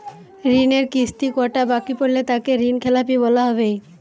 ঋণের কিস্তি কটা বাকি পড়লে তাকে ঋণখেলাপি বলা হবে?